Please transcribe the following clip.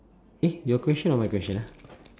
eh your question or my question ah